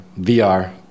VR